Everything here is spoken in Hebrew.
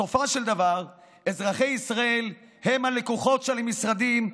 בסופו של דבר אזרחי ישראל הם הלקוחות של המשרדים,